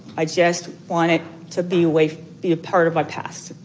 i just want it to be away be part of my past.